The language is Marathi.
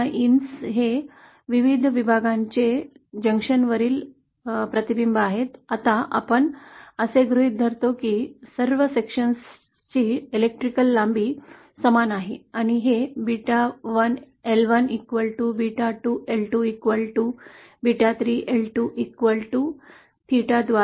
GAMAins हे विविध विभागांच्या जंक्शनवरील प्रतिबिंब आहेत आता आपण असे गृहीत धरतो की सर्व विभागांची विद्युत लांबी समान आहे आणि हे Beta1L1 Beta2L2 Beta3L3 Theta द्वारे दिले जाते